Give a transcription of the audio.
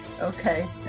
okay